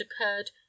occurred